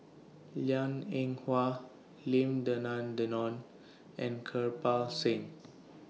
Liang Eng Hwa Lim Denan Denon and Kirpal Singh